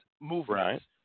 movements